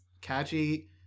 catchy